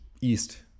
east